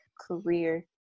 career